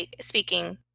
speaking